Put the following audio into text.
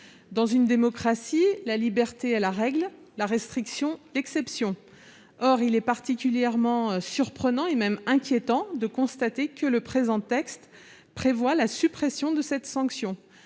Dans une démocratie, la liberté est la règle, la restriction l'exception. Or il est particulièrement surprenant, et même inquiétant de constater que le présent texte prévoit la suppression de cette sanction.